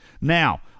Now